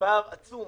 פער עצום